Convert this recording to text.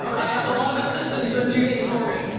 i have a lot of assistants that do things for me.